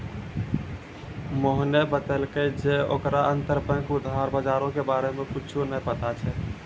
मोहने बतैलकै जे ओकरा अंतरबैंक उधार बजारो के बारे मे कुछु नै पता छै